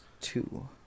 two